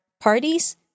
parties